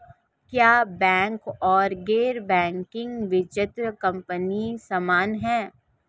क्या बैंक और गैर बैंकिंग वित्तीय कंपनियां समान हैं?